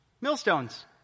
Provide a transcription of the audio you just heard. Millstones